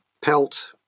pelt